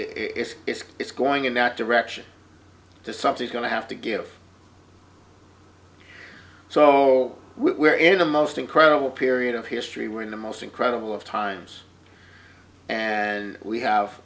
if it's going in that direction to something's going to have to give so we're in the most incredible period of history we're in the most incredible of times and we have